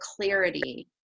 clarity